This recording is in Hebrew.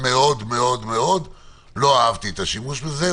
מאוד מאוד מאוד לא אהבתי את השימוש בזה,